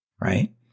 right